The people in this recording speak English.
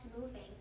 moving